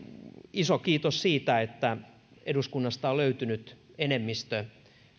iso kiitos siitä että eduskunnasta on löytynyt enemmistö